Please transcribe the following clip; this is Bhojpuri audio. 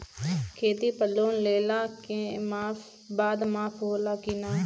खेती पर लोन लेला के बाद माफ़ होला की ना?